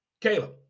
Caleb